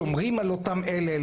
שומרים על אותם אלה.